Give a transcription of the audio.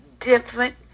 different